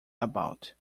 about